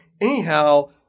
anyhow